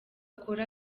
akora